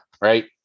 right